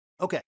Okay